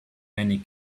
many